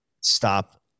stop